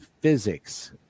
physics